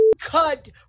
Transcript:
cut